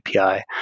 API